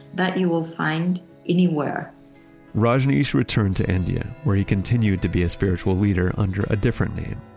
that you will find anywhere rajneesh returned to india where he continued to be a spiritual leader under a different name,